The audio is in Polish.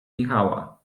michała